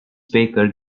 baker